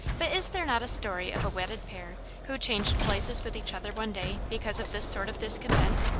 but is there not a story of a wedded pair who changed places with each other one day because of this sort of discontent?